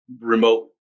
remote